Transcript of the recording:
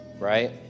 right